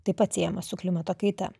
taip pat siejamas su klimato kaita